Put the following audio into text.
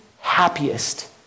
happiest